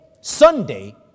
Sunday